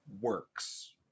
works